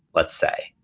let's say,